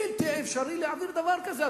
בלתי אפשרי להעביר דבר כזה.